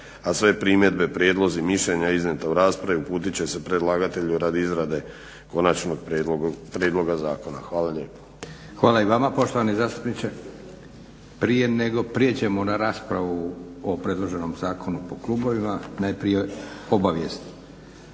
a sve primjedbe, prijedlozi, mišljenja iznijeta u raspravi uputit će se predlagatelju radi izrade konačnog prijedloga zakona. Hvala lijepo. **Leko, Josip (SDP)** Hvala i vama poštovani zastupniče. Prije nego prijeđemo na raspravu o predloženom zakonu po klubovima, najprije obavijeste.